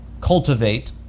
cultivate